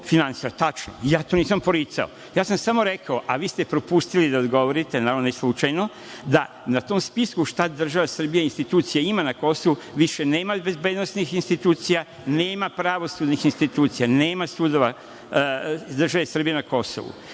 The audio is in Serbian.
finansira. Tačno, ja to nisam poricao. Ja sam samo rekao, a vi ste propustili da odgovorite, a ne slučajno, da na tom spisku šta država Srbija, institucija ima na Kosovu, više nema bezbednosnih institucija, nema pravosudnih institucija, nema sudova države Srbije na Kosovu